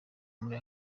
muri